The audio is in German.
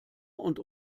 und